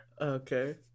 Okay